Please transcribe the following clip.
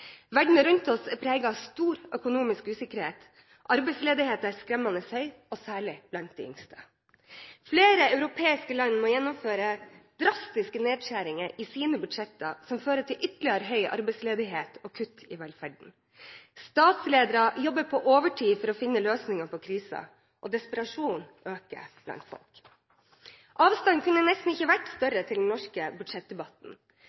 Verden rundt oss er preget av stor økonomisk usikkerhet. Arbeidsledigheten er skremmende høy, særlig blant de yngste. Flere europeiske land må gjennomføre drastiske nedskjæringer i sine budsjetter, som fører til ytterligere høy arbeidsledighet og kutt i velferden. Statsledere jobber på overtid for å finne løsninger på krisen, og desperasjonen øker blant folk. Avstanden kunne nesten ikke vært